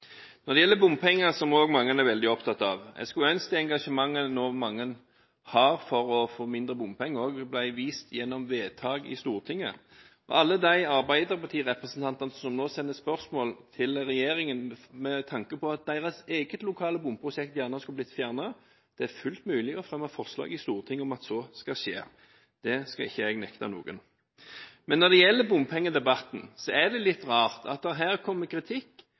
Når det gjelder bompenger, som mange er veldig opptatt av, skulle jeg ønske at det engasjementet som mange nå har for mindre bompenger, også ble vist gjennom vedtak i Stortinget. Til alle de arbeiderpartirepresentantene som nå sender spørsmål til regjeringen med tanke på at deres eget lokale bomprosjekt gjerne skulle blitt fjernet: Det er fullt mulig å fremme forslag i Stortinget om at så skal skje, det skal jeg ikke nekte noen. Når det gjelder bompengedebatten, er det litt rart at det her kommer kritikk